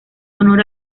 honor